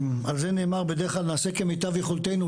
על זה נאמר בדרך כלל נעשה כמיטב יכולתנו,